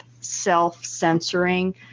self-censoring